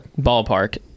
ballpark